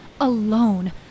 alone